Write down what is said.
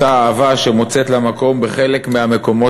אותה אהבה שמוצאת לה מקום בחלק מהמקומות